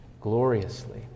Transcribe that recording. gloriously